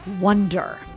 wonder